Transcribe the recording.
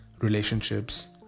relationships